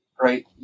right